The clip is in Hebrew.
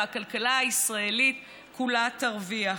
והכלכלה הישראלית כולה תרוויח.